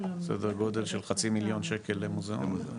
סדר גודל של חצי מיליון שקל למוזיאון.